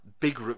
big